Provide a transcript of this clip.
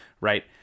Right